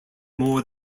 more